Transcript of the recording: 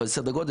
אבל סדר גודל,